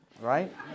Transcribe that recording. right